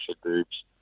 groups